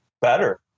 better